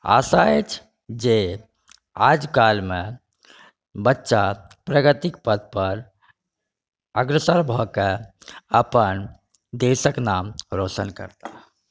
आशा अछि जे आज कालमे बच्चा प्रगतिक पथ पर अग्रसर भऽ के अपन देशके नाम रौशन करता